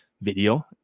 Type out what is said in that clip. video